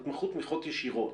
יתמכו תמיכות ישירות.